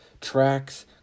tracks